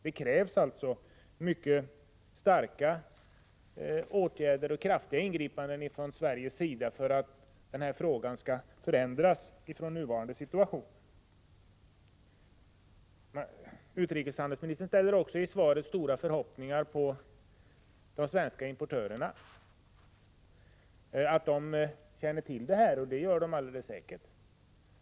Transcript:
Det krävs alltså mycket starka åtgärder och kraftiga ingripanden från Sveriges sida för att den här situationen skall förändras. Utrikeshandelsministern ställer också i svaret stora förhoppningar på att de svenska importörerna känner till detta, och det gör de alldeles säkert.